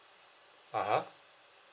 (uh huh)